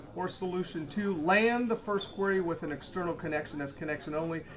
or solution two, land the first query with an external connection has connection only,